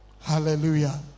Hallelujah